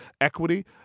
equity